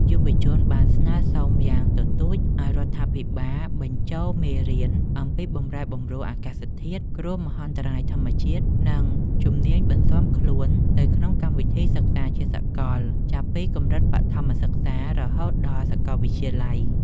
យុវជនបានស្នើសុំយ៉ាងទទូចឱ្យរដ្ឋាភិបាលបញ្ចូលមេរៀនអំពីបម្រែបម្រួលអាកាសធាតុ គ្រោះមហន្តរាយធម្មជាតិ និងជំនាញបន្ស៊ាំខ្លួនទៅក្នុងកម្មវិធីសិក្សាជាសកល ចាប់ពីកម្រិតបឋមសិក្សារហូតដល់សាកលវិទ្យាល័យ។